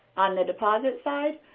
on the deposit side,